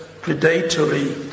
predatory